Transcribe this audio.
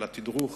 על התדרוך